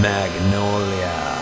Magnolia